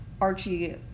Archie